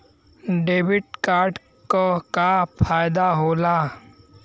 Debit card क का फायदा हो ला?